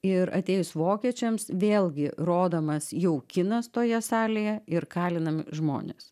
ir atėjus vokiečiams vėlgi rodomas jau kinas toje salėje ir kalinami žmonės